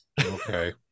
Okay